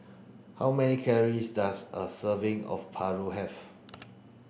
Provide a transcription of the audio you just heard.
how many calories does a serving of Paru have